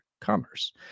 Commerce